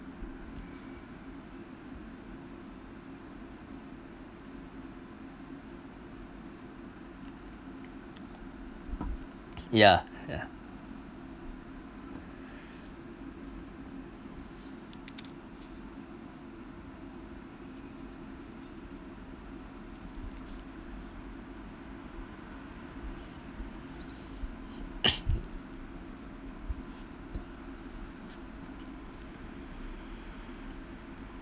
ya ya